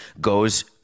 goes